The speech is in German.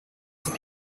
zum